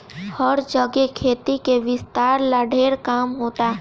हर जगे खेती के विस्तार ला ढेर काम होता